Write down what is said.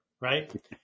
right